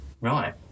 Right